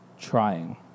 trying